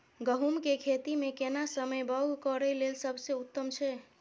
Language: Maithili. गहूम के खेती मे केना समय बौग करय लेल सबसे उत्तम छै?